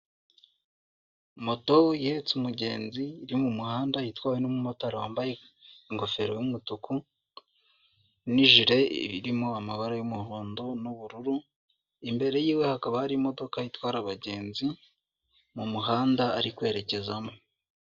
Moto ihetse umugenzi iri mu muhanda itwawe n'umumotari wambaye ingofero y'umutuku n'ijire irimo amabara y'umuhondo n'ubururu, imbere yiwe hakaba hari imodoka itwara abagenzi mu muhanda ari kwerekezamo.